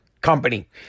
company